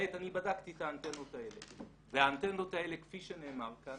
אני בדקתי את האנטנות האלה והאנטנות האלה כפי שנאמר כאן,